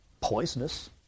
poisonous